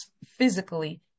physically